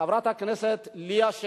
שחברת הכנסת ליה,